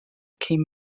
came